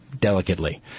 delicately